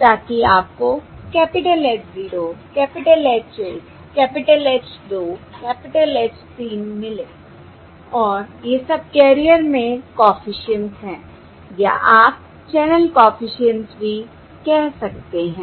ताकि आपको capital H 0 capital H 1 capital H 2 capital H 3 मिलें और ये सबकैरियर में कॉफिशिएंट्स हैं या आप चैनल कॉफिशिएंट्स भी कह सकते हैं